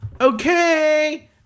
Okay